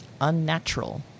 unnatural